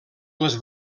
les